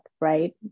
right